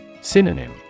Synonym